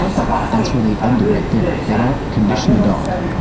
but that's where they end it, right there. they don't condition the dog.